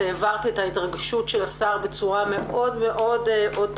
את העברת את ההתרגשות של השר בצורה מאוד אותנטית,